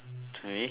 sorry